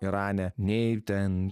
irane nei ten